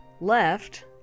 left